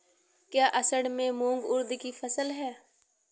क्या असड़ में मूंग उर्द कि फसल है?